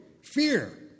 Fear